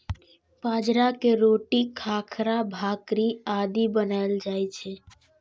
बाजरा के रोटी, खाखरा, भाकरी आदि बनाएल जाइ छै